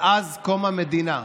מאז קום המדינה,